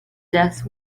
death